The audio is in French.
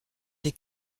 des